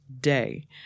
day